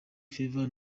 favor